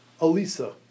Alisa